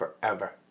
forever